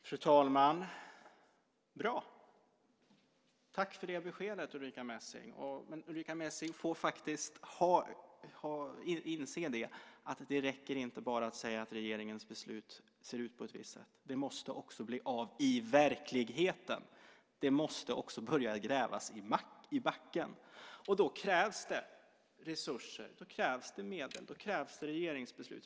Fru talman! Bra! Tack för det beskedet, Ulrica Messing! Men Ulrica Messing får faktiskt inse att det inte räcker att bara säga att regeringens beslut ser ut på ett visst sätt. Det måste också bli av i verkligheten. Det måste också börja grävas i backen. Och då krävs det resurser. Då krävs det medel. Då krävs det regeringsbeslut.